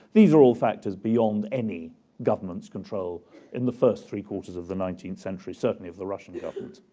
these are all factors beyond any government's control in the first three quarters of the nineteenth century, certainly of the russian government.